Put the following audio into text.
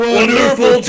wonderful